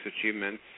achievements